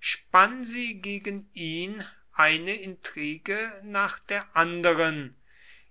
spann sie gegen ihn eine intrige nach der anderen